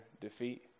defeat